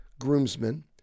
groomsmen